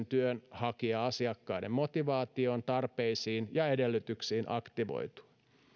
työnhakija asiakkaiden motivaatioon tarpeisiin ja edellytyksiin aktivoitua